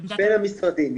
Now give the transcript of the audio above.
בין המשרדים.